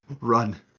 run